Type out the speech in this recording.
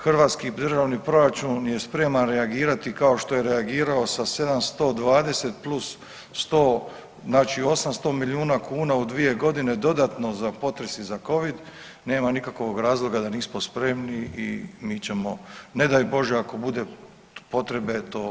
Hrvatski državni proračun je spreman reagirati kao što je reagirao sa 720 plus 100, znači 800 milijuna kuna u 2 godine dodatno za potres i za Covid, nema nikakvog razloga da nismo spremni i mi ćemo, ne daj Bože ako bude potrebe, to